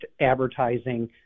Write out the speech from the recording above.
advertising